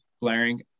blaring